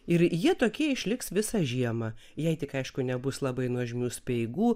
ir jie tokie išliks visą žiemą jei tik aišku nebus labai nuožmių speigų